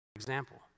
example